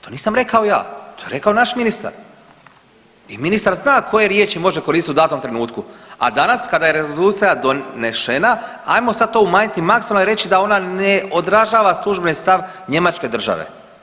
To nisam rekao ja, to je rekao naš ministar i ministar zna koje riječi može koristiti u datom trenutku, a danas kada je rezolucija donešena ajmo sad to umanjiti maksimalno i reći da ona ne odražava službeni stav Njemačke države.